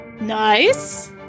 Nice